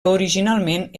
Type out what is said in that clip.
originalment